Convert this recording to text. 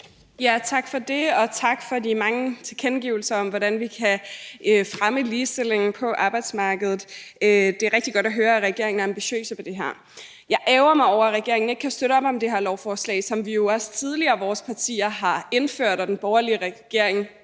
Tak for det, og tak for de mange tilkendegivelser om, hvordan vi kan fremme ligestillingen på arbejdsmarkedet. Det er rigtig godt at høre, at regeringen er ambitiøs på det her, men jeg ærgrer mig over, at regeringen ikke kan støtte op om det her lovforslag, som vores partier jo også tidligere har indført, men som den borgerlige regering